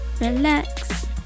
relax